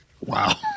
Wow